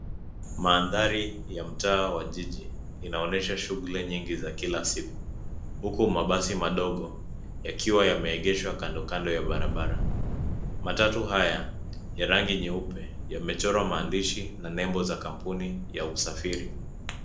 Mandhari ya mtaa wa jiji inaonyesha shughuli nyingi za kila siku, huku mabasi madogo yakiwa yameegeshwa kando kando ya barabara. Matatu haya ya rangi nyeupe yamechorwa maandishi na nembo za kampuni ya usafiri.